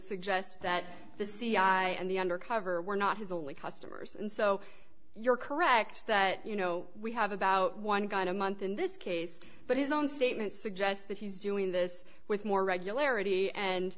suggest that the cia and the undercover were not his only customers and so you're correct that you know we have about one gun a month in this case but his own statements suggest that he's doing this with more regularity and